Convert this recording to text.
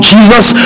Jesus